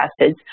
acids